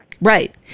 Right